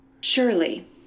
Surely